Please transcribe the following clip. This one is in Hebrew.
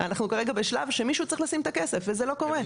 אנחנו כרגע בשלב שמישהו צריך לשים את הכסף וזה לא קורה.